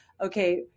Okay